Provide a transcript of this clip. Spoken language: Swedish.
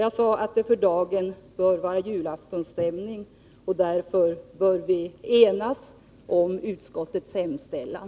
Jag sade att det för dagen bör vara julaftonsstämning, och därför bör vi enas om utskottets hemställan.